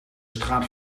straat